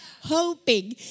hoping